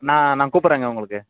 நான் நான் கூப்பிட்றேங்க உங்களுக்கு